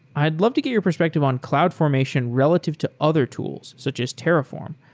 i'd love to get your perspective on cloud formation relative to other tools, such as terraform.